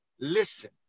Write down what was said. Listen